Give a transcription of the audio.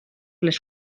les